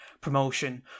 promotion